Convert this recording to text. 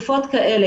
בתקופות כאלה,